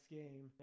game